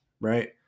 right